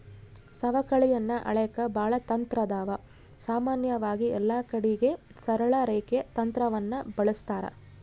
ಸವಕಳಿಯನ್ನ ಅಳೆಕ ಬಾಳ ತಂತ್ರಾದವ, ಸಾಮಾನ್ಯವಾಗಿ ಎಲ್ಲಕಡಿಗೆ ಸರಳ ರೇಖೆ ತಂತ್ರವನ್ನ ಬಳಸ್ತಾರ